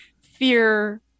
fear